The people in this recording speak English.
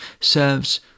serves